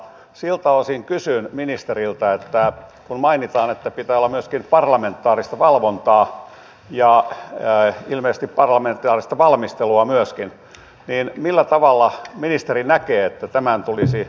siltä osin kysyn ministeriltä kun mainitaan että pitää olla myöskin parlamentaarista valvontaa ja ilmeisesti parlamentaarista valmistelua myöskin millä tavalla ministeri näkee että tämän tulisi toteutua